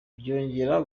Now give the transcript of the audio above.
byongera